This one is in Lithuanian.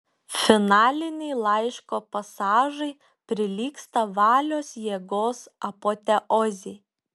finaliniai laiško pasažai prilygsta valios jėgos apoteozei